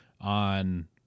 on